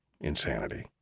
Insanity